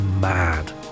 mad